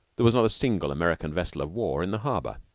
there was not a single american vessel of war in the harbor.